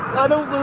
i don't